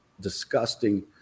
disgusting